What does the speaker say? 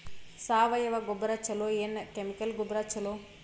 ಸಾವಯವ ಗೊಬ್ಬರ ಛಲೋ ಏನ್ ಕೆಮಿಕಲ್ ಗೊಬ್ಬರ ಛಲೋ?